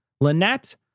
Lynette